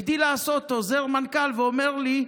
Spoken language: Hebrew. הגדיל לעשות עוזר מנכ"ל, שאומר לי: